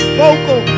vocal